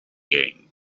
game